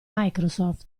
microsoft